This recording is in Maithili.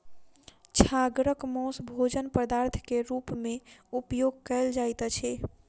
छागरक मौस भोजन पदार्थ के रूप में उपयोग कयल जाइत अछि